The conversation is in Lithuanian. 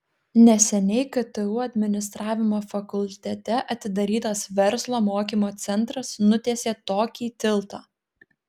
neseniai ktu administravimo fakultete atidarytas verslo mokymo centras nutiesė tokį tiltą